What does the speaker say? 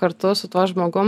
kartu su tuo žmogum